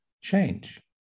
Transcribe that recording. change